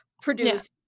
produce